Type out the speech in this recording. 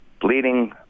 bleeding